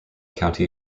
county